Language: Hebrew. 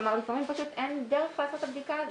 כלומר לפעמים פשוט אין דרך לעשות את הבדיקה הזאת.